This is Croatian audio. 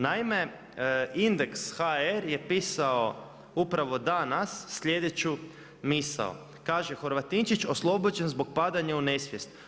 Naime, indeks.hr je pisao upravo danas sljedeću misao, kaže: „Horvatinčić oslobođen zbog padanja u nesvijest.